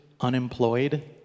unemployed